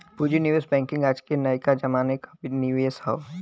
पूँजी निवेश बैंकिंग आज के नयका जमाना क निवेश हौ